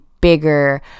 bigger